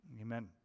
Amen